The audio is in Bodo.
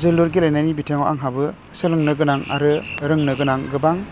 जोलुर गेलेनायनि बिथिंआव आंहाबो सोलोंनो गोनां आरो रोंनो गोनां गोबां